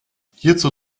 hierzu